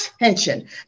attention